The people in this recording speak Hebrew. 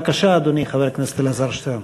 בבקשה, אדוני, חבר הכנסת אלעזר שטרן.